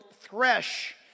thresh